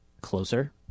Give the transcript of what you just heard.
closer